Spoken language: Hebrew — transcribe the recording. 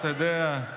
אתה יודע,